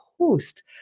host